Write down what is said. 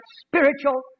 spiritual